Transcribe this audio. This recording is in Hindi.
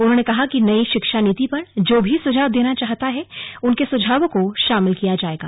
उन्होंने कहा कि नई शिक्षा नीति पर जो भी सुझाव देना चाहता हैं उनके सुझावों को शामिल किया जाएगा